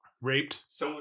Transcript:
Raped